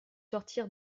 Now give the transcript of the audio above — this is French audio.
sortir